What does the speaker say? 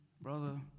brother